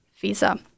visa